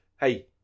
hey